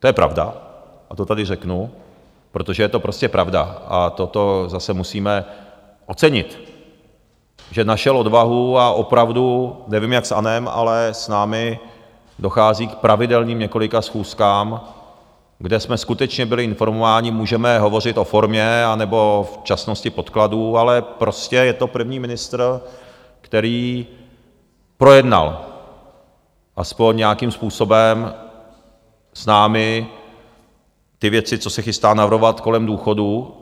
To je pravda a to tady řeknu, protože je to prostě pravda, a toto zase musíme ocenit, že našel odvahu, a opravdu nevím, jak s ANO, ale s námi dochází k pravidelným několika schůzkám, kde jsme skutečně byli informováni, můžeme hovořit o formě anebo včasnosti podkladů, ale prostě je to první ministr, který projednal aspoň nějakým způsobem s námi ty věci, co se chystá navrhovat kolem důchodů.